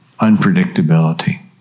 Unpredictability